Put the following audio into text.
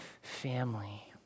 family